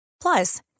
Plus